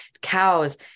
cows